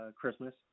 Christmas